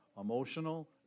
emotional